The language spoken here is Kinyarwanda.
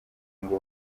ngo